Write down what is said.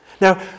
Now